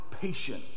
patient